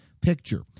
picture